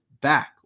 back